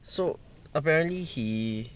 so apparently he